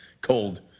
cold